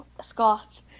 Scott